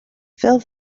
fill